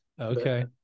Okay